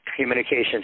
communications